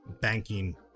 banking